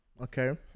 Okay